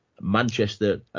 Manchester